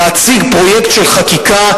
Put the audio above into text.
להציג פרויקט של חקיקה,